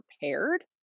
prepared